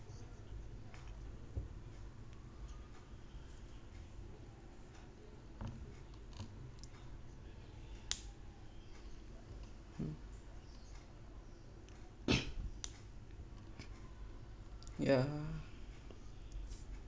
ya